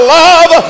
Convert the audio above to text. love